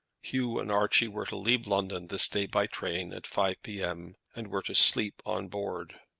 hugh and archie were to leave london this day by train at five p m, and were to sleep on board.